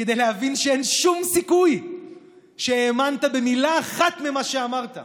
כדי להבין שאין שום סיכוי שהאמנת במילה אחת ממה שאמרת.